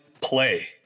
play